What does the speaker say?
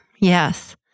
Yes